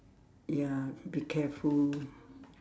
ya be careful